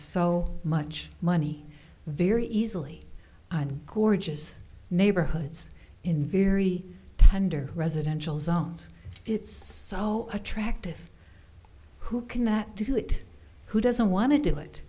so much money very easily and gorgeous neighborhoods in very tender residential zones it's so attractive who cannot do it who doesn't want to do it